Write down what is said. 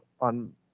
on